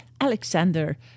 Alexander